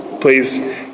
Please